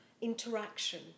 interaction